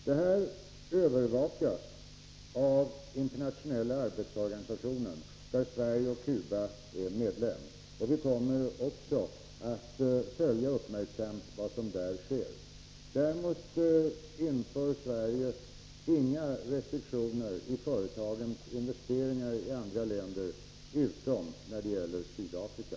Det här övervakas av Internationella arbetsorganisationen, där Sverige och Cuba är medlemmar, och vi kommer att uppmärksamt följa vad som där sker. Däremot inför Sverige inga restriktioner i fråga om företagens investeringar i andra länder utom när det gäller Sydafrika.